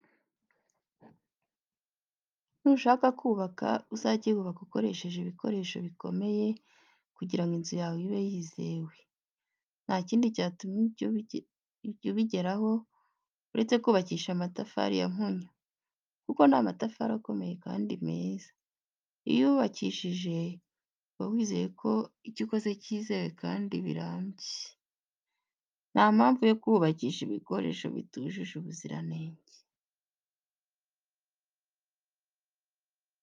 Nushaka kubaka uzajye wubaka ukoresheje ibikoresho bikomeye kugira ngo inzu yawe ibe yizewe, nta kindi cyatuma ibyo ubigeraho uretse kubakisha amatafari ya mpunyu kuko n'amatafari akomeye kandi meza. Iyo uyubakishije uba wizeye ko ibyo ukoze byizewe kandi birambye. Nta mpamvu yo kubakisha ibikoresho bitujuje ubuziranenge.